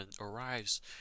arrives